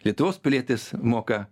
lietuvos pilietis moka